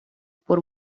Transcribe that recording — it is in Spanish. por